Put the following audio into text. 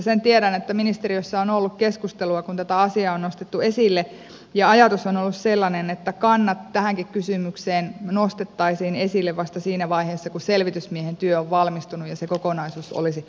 sen tiedän että ministeriössä on ollut keskustelua kun tätä asiaa on nostettu esille ja ajatus on ollut sellainen että kannat tähänkin kysymykseen nostettaisiin esille vasta siinä vaiheessa kun selvitysmiehen työ on valmistunut ja se kokonaisuus olisi hanskattavana